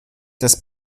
des